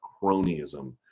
cronyism